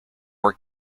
more